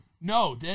No